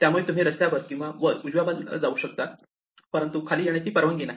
त्यामुळे तुम्ही रस्त्यावर वर किंवा उजव्या बाजूला जाऊ शकता परंतु खाली येण्याची परवानगी नाही